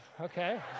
okay